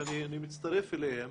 שאני מצטרף אליהם,